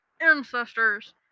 ancestors